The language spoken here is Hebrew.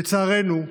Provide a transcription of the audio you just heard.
לצערנו,